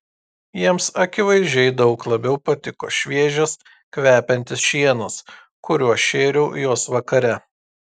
jiems akivaizdžiai daug labiau patiko šviežias kvepiantis šienas kuriuo šėriau juos vakare